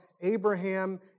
Abraham